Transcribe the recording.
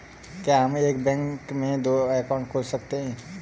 क्या हम एक बैंक में दो अकाउंट खोल सकते हैं?